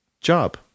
job